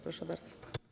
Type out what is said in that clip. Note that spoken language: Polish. Proszę bardzo.